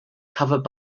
covered